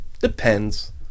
Depends